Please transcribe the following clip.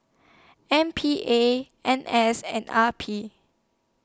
M P A N S and R P